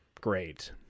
great